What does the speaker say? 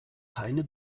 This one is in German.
keine